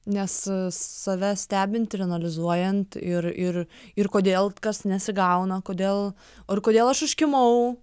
nes save stebint ir analizuojant ir ir ir kodėl kas nesigauna kodėl ir kodėl aš užkimau